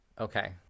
okay